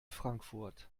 frankfurt